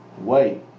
wait